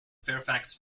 fairfax